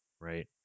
Right